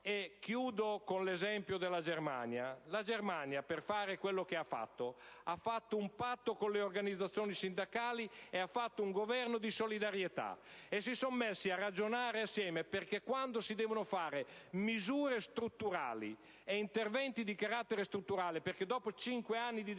Chiudo con l'esempio della Germania: la Germania, per riuscire a fare ciò che ha realizzato, ha fatto un patto con le organizzazioni sindacali e ha fatto un Governo di solidarietà. Si sono messi a ragionare assieme. Del resto, quando si devono avviare misure strutturali e interventi di carattere strutturale - perché dopo cinque anni di decrescita